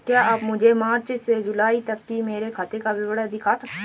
क्या आप मुझे मार्च से जूलाई तक की मेरे खाता का विवरण दिखा सकते हैं?